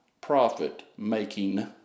profit-making